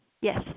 Yes